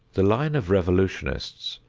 the line of revolutionists,